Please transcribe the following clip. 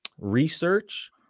research